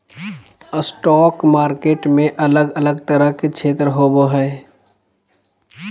stock market में अलग अलग तरह के क्षेत्र होबो हइ